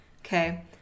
okay